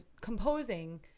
composing